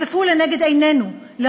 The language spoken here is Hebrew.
לנגד עינינו נחשפו,